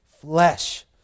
flesh